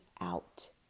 out